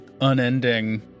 unending